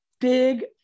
big